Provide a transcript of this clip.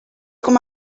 com